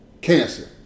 cancer